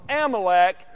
Amalek